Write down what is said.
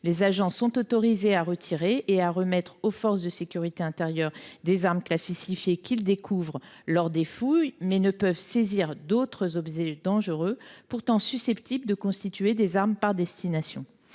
Les agents sont autorisés à retirer et remettre aux forces de sécurité intérieure des armes classifiées qu’ils découvrent lors des fouilles, mais ne peuvent saisir d’autres objets dangereux pourtant susceptibles de constituer des armes par destination,